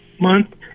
month